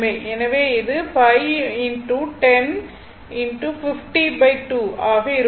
எனவே இது 5 10 502 ஆக இருக்கும்